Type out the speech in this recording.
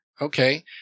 Okay